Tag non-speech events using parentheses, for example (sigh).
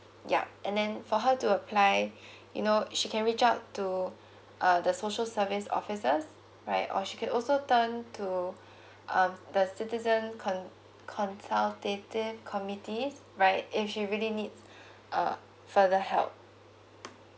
yup and then for her to apply (breath) you know she can reach out to (breath) uh the social service officers right or she can also turn to (breath) um the citizens con~ consultative committees right if she really needs (breath) uh further help